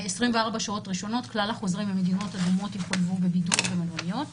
24 שעות ראשונות כלל החוזרים ממדינות אדומות יחויבו בבידוד במלוניות,